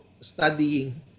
studying